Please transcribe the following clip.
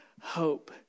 hope